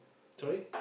sorry